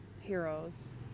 heroes